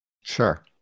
Sure